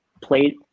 played